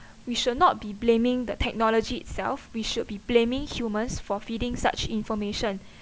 we should not be blaming the technology itself we should be blaming humans for feeding such information